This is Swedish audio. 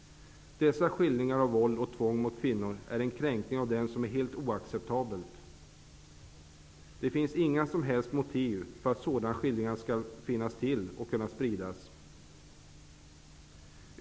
Dessa skildringar av våld och tvång mot kvinnor är en kränkning av dem som är helt oacceptabel. Det finns inga som helst motiv för att sådana skildringar skall finnas till och kunna spridas.